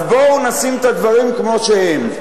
בואו נשים את הדברים כפי שהם.